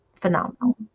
phenomenal